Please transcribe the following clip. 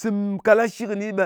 Sɨm kalashi kɨni, ɓe